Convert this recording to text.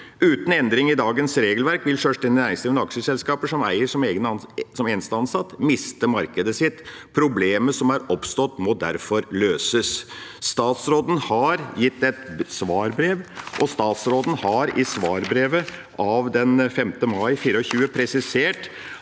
Uten endring i dagens regelverk vil sjølstendig næringsdrivende og aksjeselskaper med eier som eneste ansatt miste markedet sitt. Problemet som er oppstått, må derfor løses. Statsråden har gitt et svarbrev, og statsråden har i svarbrevet av 5. mai 2024 presisert